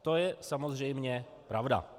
To je samozřejmě pravda.